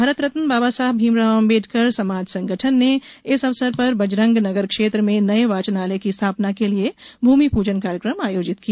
भारतरत्न बाबा साहब भीमराव आंबेडकर समाज संगठन ने इस अवसर पर बजरंग नगर क्षेत्र में नए वाचनालय की स्थापना के लिए भूमिपूजन कार्यक्रम आयोजित किया